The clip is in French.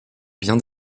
bien